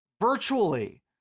virtually